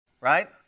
right